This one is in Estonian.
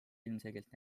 ilmselgelt